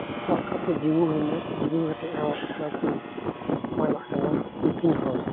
ᱥᱟᱵ ᱠᱟᱛᱮᱫ ᱡᱤᱢᱟᱹ ᱦᱩᱭᱱᱟ ᱡᱤᱢᱟᱹ ᱠᱟᱛᱮᱫ ᱦᱚᱸ ᱵᱟᱠᱤᱱ ᱢᱟᱱᱟᱜ ᱠᱟᱱᱟ ᱩᱱᱠᱤᱱ ᱦᱚᱲ